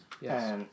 Yes